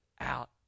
out